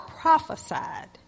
prophesied